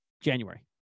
January